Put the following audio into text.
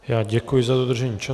Já děkuji za dodržení času.